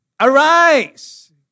Arise